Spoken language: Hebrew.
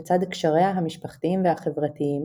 לצד קשריה המשפחתיים והחברתיים,